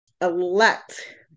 elect